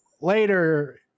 later